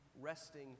resting